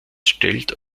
stellt